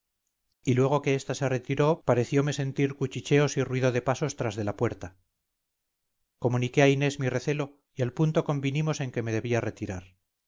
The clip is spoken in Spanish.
y luego que esta se retiró pareciome sentir cuchicheos y ruido de pasos tras de la puerta comuniqué a inés mi recelo y al punto convinimos en que me debía retirar